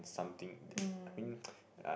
something that I mean